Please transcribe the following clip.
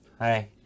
Hi